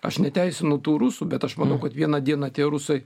aš neteisinu tų rusų bet aš manau kad vieną dieną tie rusai